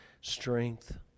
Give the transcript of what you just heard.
strength